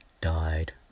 died